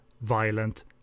violent